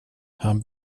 han